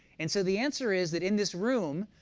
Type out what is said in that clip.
and so the answer is that in this room,